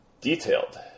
detailed